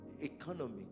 economy